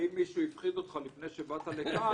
האם מישהו הפחיד אותך לפני שבאת לכאן?